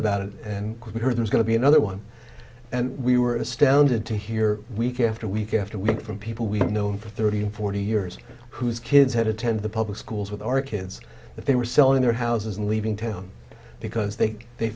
about it and we heard there's going to be another one and we were astounded to hear week after week after week from people we've known for thirty forty years whose kids had attended the public schools with our kids that they were selling their houses and leaving town because they they